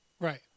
Right